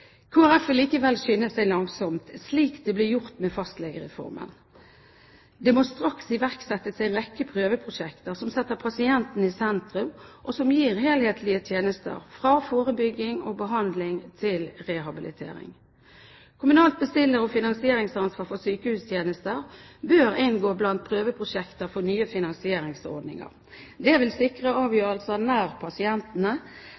Folkeparti vil likevel skynde seg langsomt, slik det ble gjort med fastlegereformen. Det må straks iverksettes en rekke prøveprosjekter som setter pasienten i sentrum, og som gir helhetlige tjenester, fra forebygging og behandling til rehabilitering. Kommunalt bestiller- og finansieringsansvar for sykehustjenester bør inngå blant prøveprosjekter for nye finansieringsordninger. Det vil sikre